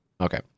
Okay